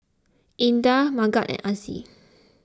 Indah Megat and Aziz